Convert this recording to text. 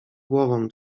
głową